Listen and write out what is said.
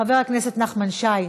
חבר הכנסת נחמן שי,